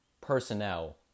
personnel